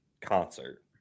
concert